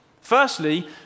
Firstly